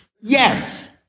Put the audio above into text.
yes